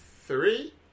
Three